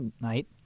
night